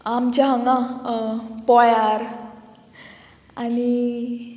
आमच्या हांगा पोळ्यार आनी